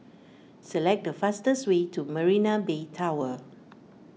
select the fastest way to Marina Bay Tower